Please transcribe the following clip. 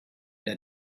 der